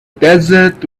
desert